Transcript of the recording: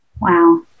Wow